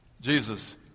Jesus